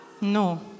No